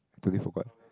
totally forgot